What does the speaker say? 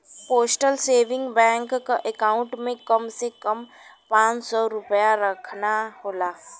postal saving bank क account में कम से कम पांच सौ रूपया रखना होला